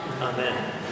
Amen